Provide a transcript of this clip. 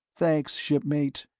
thanks, shipmate.